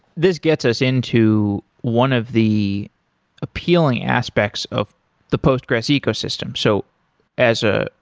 this gets us into one of the appealing aspects of the postgres ecosystem. so as ah